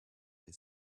they